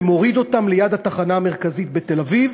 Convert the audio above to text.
ומוריד אותם ליד התחנה המרכזית בתל-אביב,